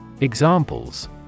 Examples